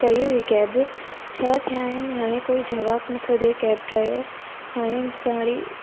कई हुई कैब छह थिया आहिनि हाणे कोई जवाबु नथो ॾिए कैब ड्राइवर हाणे घणी